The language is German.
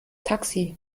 taxi